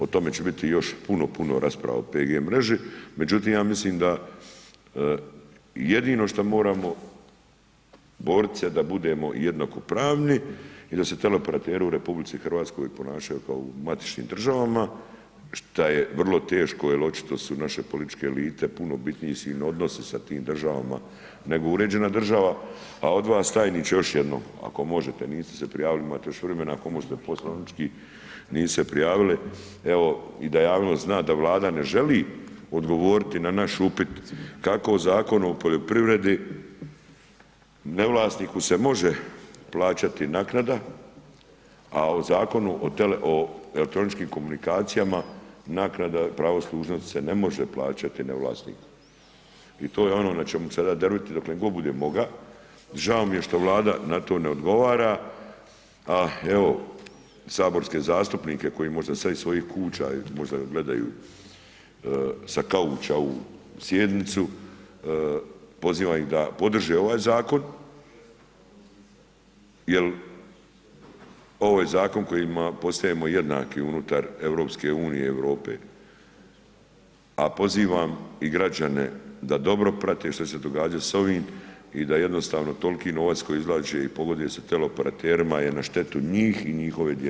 O tome će biti još puno, puno rasprava o 5G mreži, međutim ja mislim da jedino šta moramo dogovoriti se da budemo jednakopravni i da se teleoperateri u RH ponašaju kao u matičnim državama šta je vrlo teško jer očito su naš političke elite puno bitniji su im odnosi sa tim državama nego uređena država a od vas tajniče, još jednom, ako možete, niste se prijavili, imate još vremena ako možete poslovnički, niste se prijavili, evo i da javnost zna da Vlada ne želi odgovoriti na naš upit kak Zakon o poljoprivredi, ne vlasniku se može plaćati naknada, a u Zakonu o elektroničkim komunikacijama, naknada prava služnosti se ne može plaćati ne vlasniku i to je ono na čemu ada drviti dok god budem mogao, žao mi je šta Vlada na to ne odgovara, a evo saborske zastupnike koji možda iz svojih kuća možda jel' gledaju sa kauča ovu sjednicu, pozivam da podrže ovaj zakon jer ovo je zakon kojim postajemo unutar EU-a i Europe a pozivam i građane da dobro prate šta će se događat sa ovim i da jednostavno tolki novac koji izvlače i pogoduje se tele operaterima je na štetu njih i njihove djece.